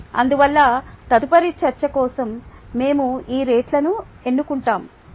అందువల్ల తదుపరి చర్చ కోసం మేము ఆ రేటును ఎన్నుకుంటాము